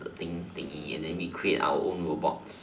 thing things and then we create our own robot